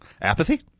Apathy